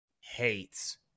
hates